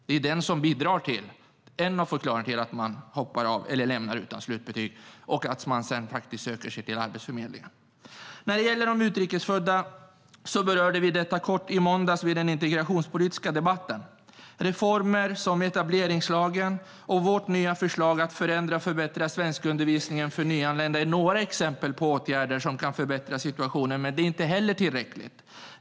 Detta är ju en faktor som bidrar till att elever hoppar av eller lämnar skolan utan slutbetyg och sedan söker sig till Arbetsförmedlingen.När det gäller de utrikes födda berörde vi detta kort i den integrationspolitiska debatten. Reformer som etableringslagen och vårt nya förslag att förändra och förbättra svenskundervisningen för nyanlända är några exempel på åtgärder som kan förbättra situationen, men det är inte tillräckligt.